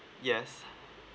yes